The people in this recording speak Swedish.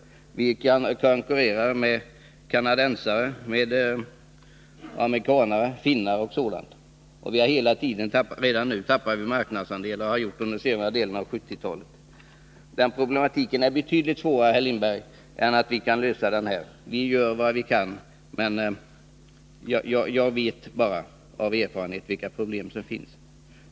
Vi konkurrerar med kanadensare, amerikanare, finnar m.fl., och redan nu tappar vi marknadsandelar och har gjort det under den senare delen av 1970-talet. Den problematiken är betydligt svårare än att vi kan lösa den här, herr Lindberg. Vi gör vad vi kan, men jag vet av erfarenhet vilka problem som finns.